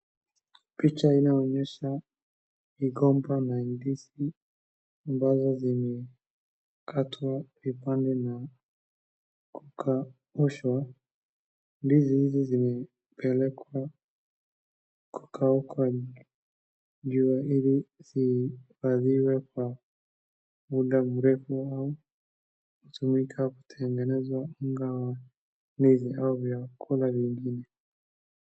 Picha inaonyesha migomba na ndizi ambazo zimekatwa vipande na kukaushwa, ndizi hizi zimepelekwa kuka kwa jua ili zihifadhiwe kwa muda mrefu na hutumiwa kutengeneza unga wa ndizi au vyakula vingine.